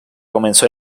comenzó